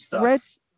Reds